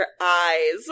eyes